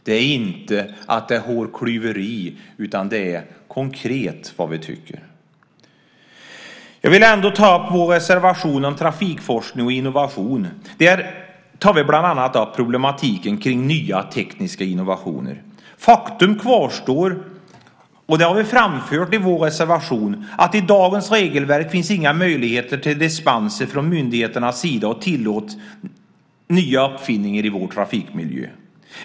Det är inte fråga om hårklyverier, utan det är rent konkret vad vi tycker. Jag vill ändå ta upp vår reservation om trafikforskning och innovation. Där tar vi bland annat upp problematiken kring nya tekniska innovationer. Faktum kvarstår - det har vi framfört i vår reservation - att i dagens regelverk finns inga möjligheter till dispenser från myndigheternas sida för att tillåta nya uppfinningar i vår trafikmiljö.